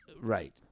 Right